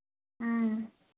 ꯎꯝ